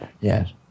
yes